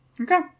Okay